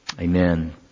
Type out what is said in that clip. Amen